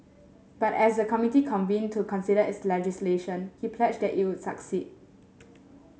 but as the committee convened to consider its legislation he pledged it would succeed